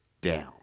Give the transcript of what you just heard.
down